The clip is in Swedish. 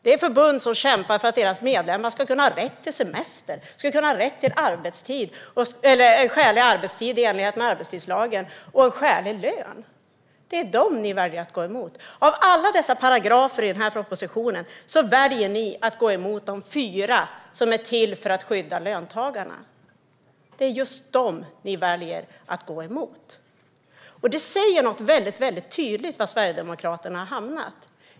Det är förbund som kämpar för att deras medlemmar ska ha rätt till semester, rätt till skälig arbetstid i enlighet med arbetstidslagen och en skälig lön. Det är dem ni väljer att gå emot. Av alla paragrafer i denna proposition väljer ni att gå emot de fyra som är till för att skydda löntagarna. Det säger något väldigt tydligt om var Sverigedemokraterna har hamnat.